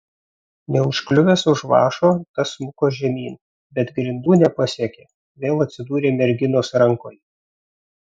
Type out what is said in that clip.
neužkliuvęs už vąšo tas smuko žemyn bet grindų nepasiekė vėl atsidūrė merginos rankoje